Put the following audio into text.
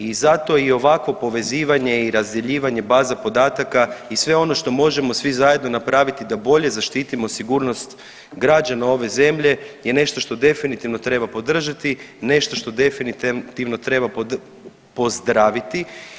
I zato i ovakvo povezivanje i razdjeljivanje baza podataka i sve ono što možemo svi zajedno napraviti da bolje zaštitimo sigurnost građana ove zemlje je nešto što definitivno treba podržati, nešto što definitivno treba pozdraviti.